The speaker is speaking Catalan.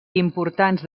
importants